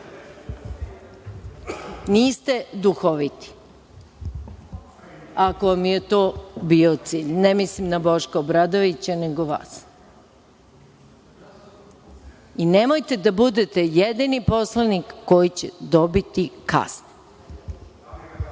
duhoviti. Ako vam je to bio cilj. Ne mislim na Boška Obradovića, nego vas i nemojte da budete jedini poslanik koji će dobiti